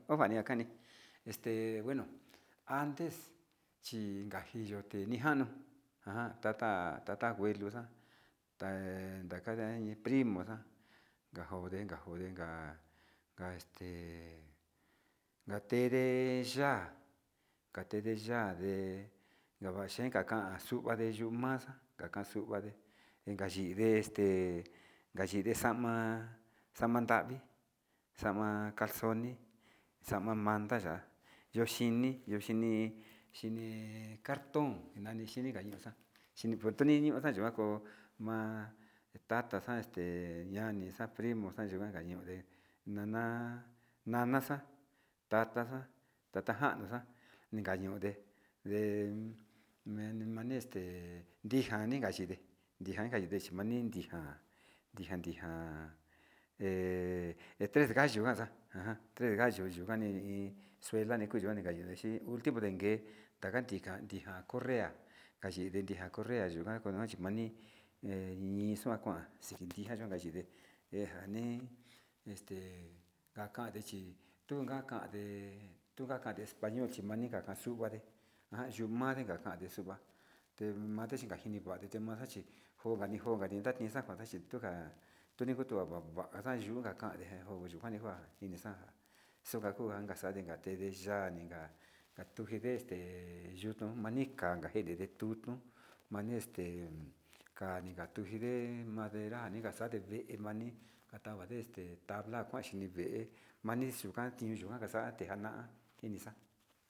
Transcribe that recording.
Ovania kani este bueno ante chiaki yutinjani hi njanuu tata tata bueno xan dakae iin primo xa'a, enka njode enka ka'a este katende ya'a katende ya'a ndee ndavaten xakan yunga yuyu maxa'a kakan nduu ndavade iika yuu nde este yinde xama'a xama'a nravi xama'a calzone xama'a mandaya yoxhini xhini mine cartón nani xhini kuaxa nikutuni xamayako, ma'a tataxa este ñani xa'a primo xa'a dekaya xande nana nanaxa tataxa, tatanjanxa inka ñonde nende nania este hijani nikaxhinde ndejandia chinani ninja ndijan ndijan he he trees gallo kanxa tres gallo yuu kuani iin yuella ni kani nde ultimo ndegue taka ndija corea alli yende corea ndija, konono chi mani he ñixua kuan xhi nitixhian yuu yinde he njani este njakade chi tunga kande tunga kande español chikuan kande ayuu manga kande xunga kemate chimajina chine kemate chí njogani njogani natide kuanta xhiti tunja tuni koto va va'a njaxan yuu kan njade kuenda yuu njuan nekuan kixa'a xukakunda inka xa'a dekan nde nixhade inka katunde este yukundu mani kanga njakede nikutun mani este kan de njatuchide madera nikaxade vée madera nii kuade este tabla kuachi ndii nii vée kuade kuxa kuadenakaxa nate ngana kini xa'a.